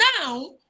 now